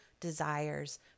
desires